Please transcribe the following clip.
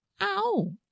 Ow